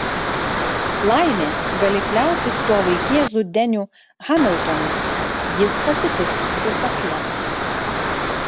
laimė gali kliautis tuo vaikėzu deniu hamiltonu jis pasitiks ir paslėps